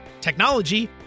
technology